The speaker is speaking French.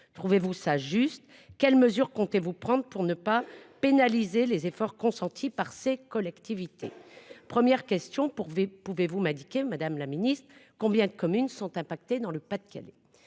Trouvez-vous ça juste. Quelles mesures comptez-vous prendre pour ne pas pénaliser les efforts consentis par ces collectivités. Première question pour vous pouvez-vous m'indiquer Madame la Ministre combien de communes sont impactées dans le Pas-de-Calais.